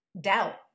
doubt